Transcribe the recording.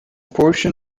portion